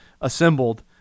assembled